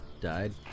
died